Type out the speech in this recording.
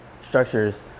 structures